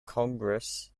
congress